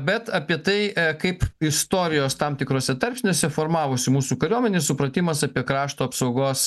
bet apie tai kaip istorijos tam tikruose tarpsniuose formavosi mūsų kariuomenė supratimas apie krašto apsaugos